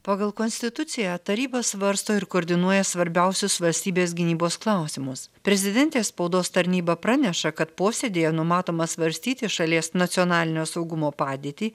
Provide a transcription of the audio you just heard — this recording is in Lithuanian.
pagal konstituciją taryba svarsto ir koordinuoja svarbiausius valstybės gynybos klausimus prezidentės spaudos tarnyba praneša kad posėdyje numatoma svarstyti šalies nacionalinio saugumo padėtį